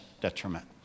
detriment